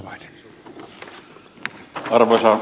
arvoisa puhemies